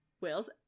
whales